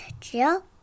Jill